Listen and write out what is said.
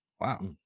wow